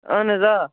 اَہَن حظ آ